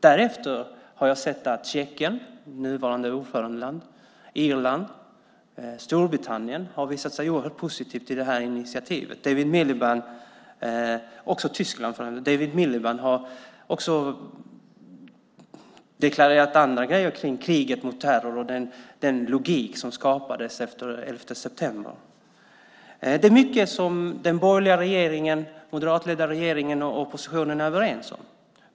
Därefter har jag sett att Tjeckien, nuvarande ordförandeland, Irland, Storbritannien och Tyskland visat sig vara oerhört positiva till initiativet. David Miliband har även deklarerat andra saker om kriget mot terror och den logik som skapades efter elfte september. Det är mycket som den borgerliga, moderatledda, regeringen och oppositionen är överens om.